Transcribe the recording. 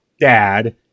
dad